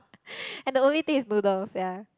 and the only thing is noodles ya